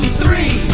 three